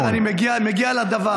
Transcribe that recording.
בסדר, אני מגיע לדבר.